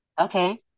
Okay